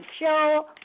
show